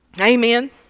Amen